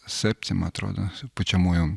septima atrodo pučiamųjų